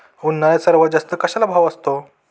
उन्हाळ्यात सर्वात जास्त कशाला भाव असतो?